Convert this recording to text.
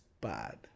bad